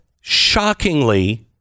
Shockingly